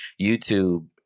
YouTube